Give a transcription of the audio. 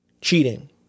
Cheating